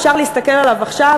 אפשר להסתכל עליו עכשיו,